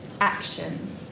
actions